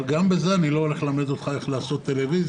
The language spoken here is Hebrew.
אבל גם בזה אני לא הולך ללמד אותך איך לעשות טלוויזיה,